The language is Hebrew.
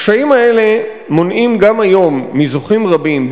הקשיים האלה מונעים גם היום מזוכים רבים,